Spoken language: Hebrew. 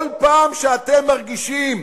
כל פעם שאתם מרגישים